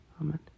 Amen